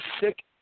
sick